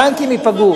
בנקים ייפגעו,